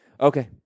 Okay